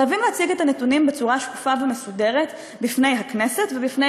חייבים להציג את הנתונים בצורה שקופה ומסודרת בפני הכנסת ובפני,